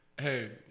Hey